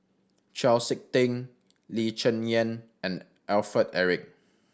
Chau Sik Ting Lee Cheng Yan and Alfred Eric